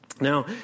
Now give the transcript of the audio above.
Now